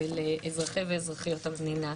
ולאזרחי ואזרחיות המדינה.